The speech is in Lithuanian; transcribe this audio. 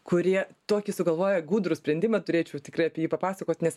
kurie tokį sugalvojo gudrų sprendimą turėčiau tikrai apie jį papasakot nes